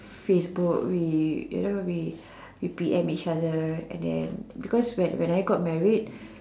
Facebook we you know we P_M each other and then because when when I got married